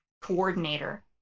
coordinator